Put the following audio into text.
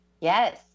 Yes